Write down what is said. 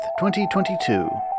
2022